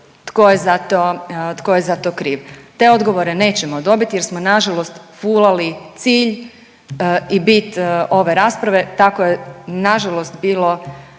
tko je za to kriv. Te odgovore nećemo dobiti jer smo nažalost fulali cilj i bit ove rasprave. Tako je nažalost bilo